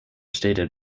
stated